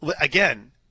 Again